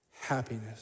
happiness